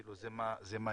כאילו זה מה יש,